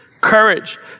courage